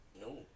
No